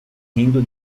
rindo